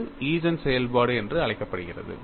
அது ஈஜென் செயல்பாடு என்று அழைக்கப்படுகிறது